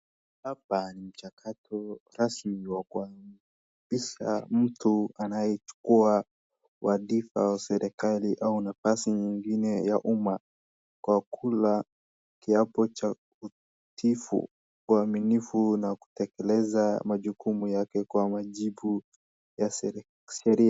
Hapa ni mchakato rasmi wa kuapisha mtu anayechukua wadhifa wa serikali au nyafasi nyengine ya umma kwa kula kiapo cha kifo, uaminifu na kutekeleza majukumu yake kwa wajibu ya sheria.